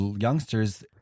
youngsters